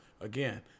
again